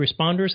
responders